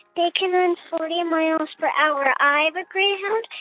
they can run forty and miles per hour. i a greyhound,